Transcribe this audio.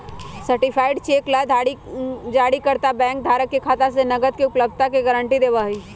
certified cheque ला जारीकर्ता bank धारक के खाता में नकद के उपलब्धता के गारंटी देवा हई